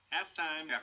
Halftime